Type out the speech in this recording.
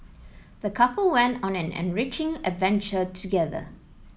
the couple went on an enriching adventure together